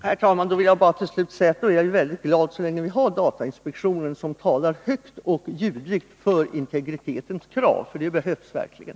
Herr talman! Då vill jag bara till slut säga att jag är väldigt glad så länge vi har datainspektionen, som talar högt och ljudligt för integritetens krav, för det behövs verkligen.